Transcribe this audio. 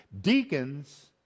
Deacons